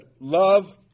love